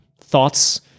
thoughts